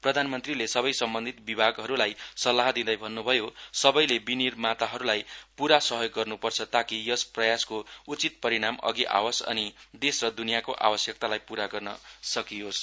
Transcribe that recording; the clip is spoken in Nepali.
प्रधानमन्त्रीले सबै सम्बन्धित विभागहरूलाई सल्लाह दिँदै भन्नुभयो सबैले विनिर्माताहरूलाई पूरा सहयोग गर्नुपर्छ ताकि यस प्रयासको उचित परिणाम अधि आवस अनि देश र दुनियाको आवश्यकतालाई पूरा गर्न सकियोस